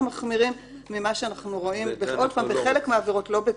היה לנו דיון על זה,